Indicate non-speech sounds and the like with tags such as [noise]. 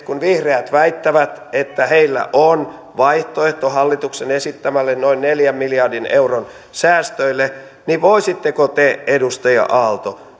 [unintelligible] kun vihreät väittävät että heillä on vaihtoehto hallituksen esittämille noin neljän miljardin euron säästöille niin voisitteko te edustaja aalto [unintelligible]